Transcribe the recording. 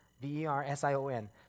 V-E-R-S-I-O-N